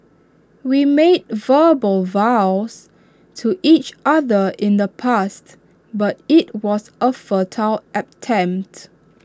we made verbal vows to each other in the past but IT was A futile attempt